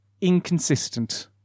inconsistent